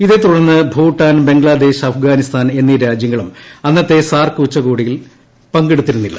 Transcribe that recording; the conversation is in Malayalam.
ഇതേത്തുടർന്ന് ഭൂട്ടാൻ ബംഗ്ലാദേശ് അഫ്ഗാനിസ്ഥാൻ എന്നീ രാജ്യങ്ങളും അന്നത്തെ സാർക്ക് ഉച്ചകോടിയിൽ പങ്കെടുത്തിരുന്നില്ല